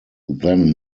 then